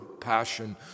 passion